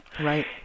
Right